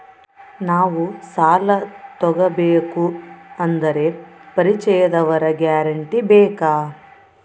ನಾವು ಸಾಲ ತೋಗಬೇಕು ಅಂದರೆ ಪರಿಚಯದವರ ಗ್ಯಾರಂಟಿ ಬೇಕಾ?